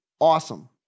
awesome